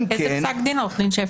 מאיזה פסק דין אתה מצטט?